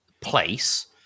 place